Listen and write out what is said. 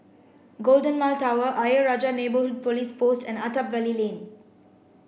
Golden Mile Tower Ayer Rajah Police Post and Attap Valley Lane